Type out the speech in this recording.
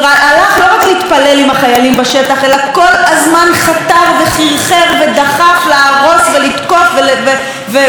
אלא כל הזמן חתר וחרחר ודחף להרוס ולתקוף ולהיכנס עוד ועוד.